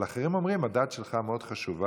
אבל אחרים אומרים: הדת שלך מאוד חשובה,